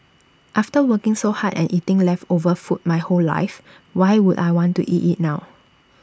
after working so hard and eating leftover food my whole life why would I want to eat IT now